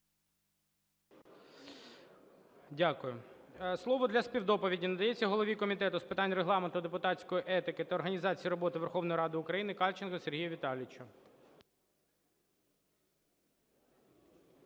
Дякую. Слово для співдоповіді надається голові Комітету з питань Регламенту, депутатської етики та організації роботи Верховної Ради України Кальченку Сергію Віталійовичу.